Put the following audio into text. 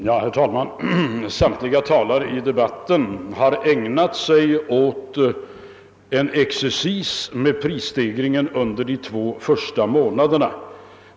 Herr talman! Samtliga talare i debatten har ägnat sig åt en excercis med prisstegring under de två första månaderna av detta år.